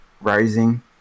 rising